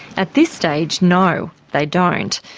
at this stage, no, they don't.